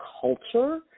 culture